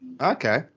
Okay